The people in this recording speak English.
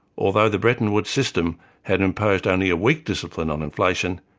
although the breton woods system had imposed only a weak discipline on inflation,